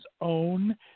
own